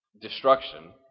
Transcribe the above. destruction